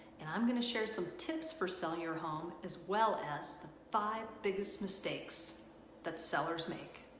and i'm going to share some tips for selling your home, as well as the five biggest mistakes that sellers make.